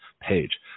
page